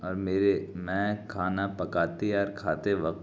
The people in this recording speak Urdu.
اور میرے میں کھانا پکاتے یا کھاتے وقت